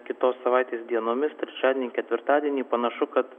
kitos savaitės dienomis trečiadienį ketvirtadienį panašu kad